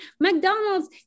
mcdonald's